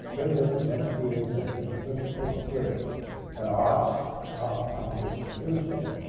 linda, for many years, has been the principal critic and arts kind of columnist for newsday.